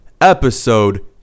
episode